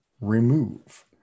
remove